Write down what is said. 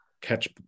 catch